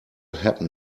happen